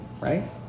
right